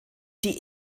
die